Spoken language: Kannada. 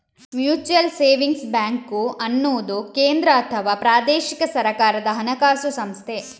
ಮ್ಯೂಚುಯಲ್ ಸೇವಿಂಗ್ಸ್ ಬ್ಯಾಂಕು ಅನ್ನುದು ಕೇಂದ್ರ ಅಥವಾ ಪ್ರಾದೇಶಿಕ ಸರ್ಕಾರದ ಹಣಕಾಸು ಸಂಸ್ಥೆ